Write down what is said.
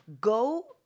go